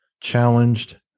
challenged